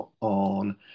on